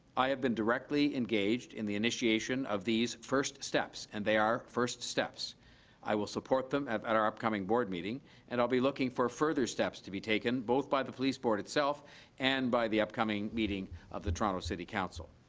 i have been directly engaged in the initiation of these first steps, and they are first steps i will support them at our upcoming board meeting and i'll be looking for further steps to be taken both by the police board itself and by the upcoming meeting of the toronto city council.